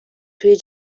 توی